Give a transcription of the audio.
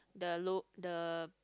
the low the